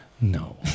no